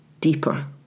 deeper